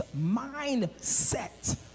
mindset